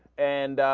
and